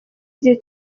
igihe